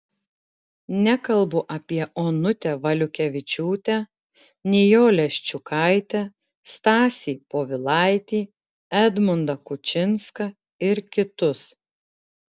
nekalbu apie onutę valiukevičiūtę nijolę ščiukaitę stasį povilaitį edmundą kučinską ir kitus